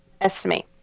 estimate